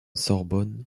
sorbonne